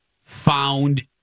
found